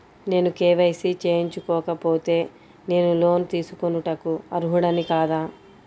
నేను కే.వై.సి చేయించుకోకపోతే నేను లోన్ తీసుకొనుటకు అర్హుడని కాదా?